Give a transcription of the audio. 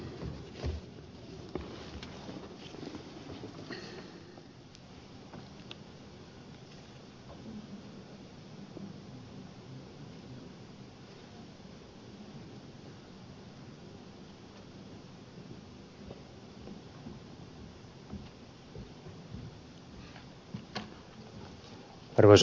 ensinnäkin ed